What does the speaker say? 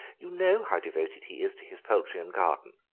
you know how devoted he is to his poultry and garden.